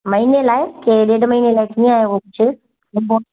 महिने लाइ की ॾेढ महिने लाइ कीअं आहे कुझु न